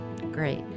Great